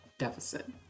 deficit